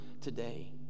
today